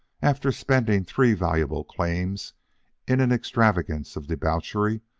after spending three valuable claims in an extravagance of debauchery,